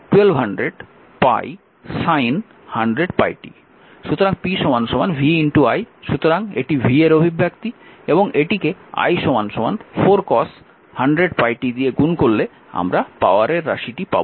সুতরাং p v i সুতরাং এটি v এর অভিব্যক্তি এবং এটিকে i 4 cos 100πt দিয়ে গুণ করলে আমরা পাওয়ারের রাশিটি পাব